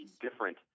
different